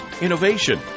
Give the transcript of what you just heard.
innovation